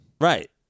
Right